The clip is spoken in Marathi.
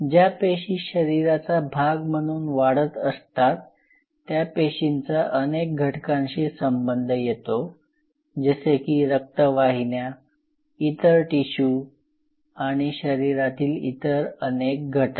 ज्या पेशी शरीराचा भाग म्हणून वाढत असतात त्या पेशींचा अनेक घटकांशी संबंध येतो जसे कि रक्त वाहिन्या इतर टिशू आणि शरीरातील इतर अनेक घटक